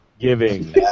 Giving